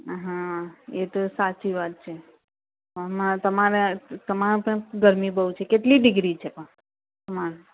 હા એ તો સાચી વાત છે તમારે તમારે પણ ગરમી બહુ છે કેટલી ડિગ્રી છે પણ